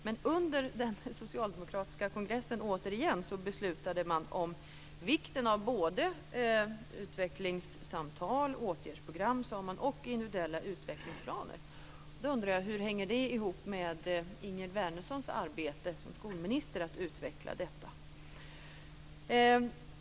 Men under den socialdemokratiska kongressen, återigen, beslutade man om vikten av såväl utvecklingssamtal och åtgärdsprogram som individuella utvecklingsplaner. Då undrar jag: Hur hänger det ihop med Ingegerd Wärnerssons arbete som skolminister att utveckla detta?